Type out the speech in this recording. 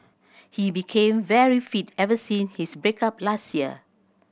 he became very fit ever since his break up last year